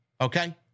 Okay